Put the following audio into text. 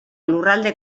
lurralde